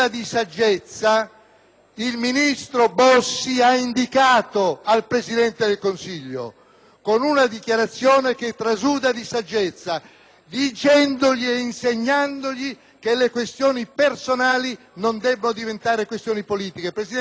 il ministro Bossi ha indicato al Presidente del Consiglio. Infatti, con una dichiarazione che trasuda saggezza, gli ha detto e insegnato che le questioni personali non devono diventare questioni politiche. Signor Presidente, affido a lei